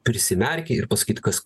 prisimerki ir pasakyt kas